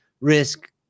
risk